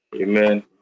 Amen